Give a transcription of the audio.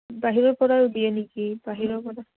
বাহিৰৰ পৰাও দিয়ে নেকি বাহিৰৰ পৰা